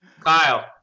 Kyle